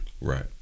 right